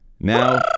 Now